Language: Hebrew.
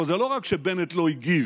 אבל זה לא רק שבנט לא הגיב,